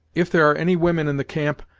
if there are any women in the camp,